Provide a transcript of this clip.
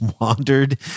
wandered